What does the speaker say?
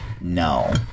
No